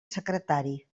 secretari